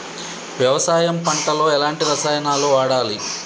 వ్యవసాయం పంట లో ఎలాంటి రసాయనాలను వాడాలి?